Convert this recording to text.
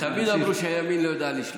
תמיד אמרו שהימין לא יודע לשלוט.